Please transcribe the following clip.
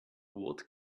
what